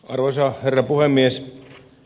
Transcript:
arvoisa herra puhemies